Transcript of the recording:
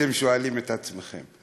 אתם שואלים את עצמכם.